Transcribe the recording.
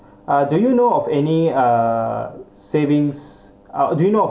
uh do you know of any uh savings ah do you know of